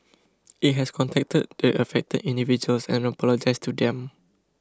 it has contacted the affected individuals and apologised to them